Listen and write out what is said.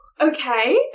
okay